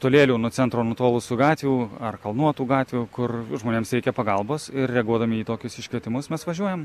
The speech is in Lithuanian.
tolėliau nuo centro nutolusių gatvių ar kalnuotų gatvių kur žmonėms reikia pagalbos ir reaguodami į tokius iškvietimus mes važiuojam